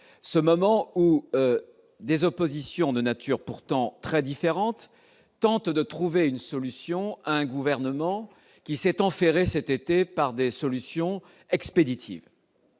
parlementaire où des oppositions, de natures pourtant très différentes, tentent de trouver une solution face à un gouvernement qui s'est enferré, cet été, dans des propositions expéditives.